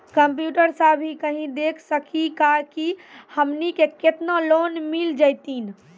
Computer सा भी कही देख सकी का की हमनी के केतना लोन मिल जैतिन?